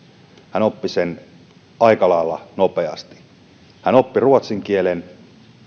hän oppi sen aika lailla nopeasti hän oppi ruotsin kielen